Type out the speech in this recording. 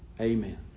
Amen